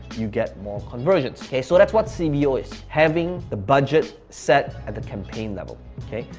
you get more conversions, okay? so that's what c b o. is. having the budget set at the campaign level, okay?